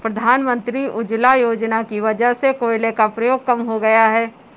प्रधानमंत्री उज्ज्वला योजना की वजह से कोयले का प्रयोग कम हो गया है